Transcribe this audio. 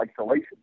isolation